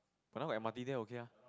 but now got M_R_T there okay ah